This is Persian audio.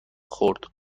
خورد